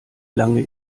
lange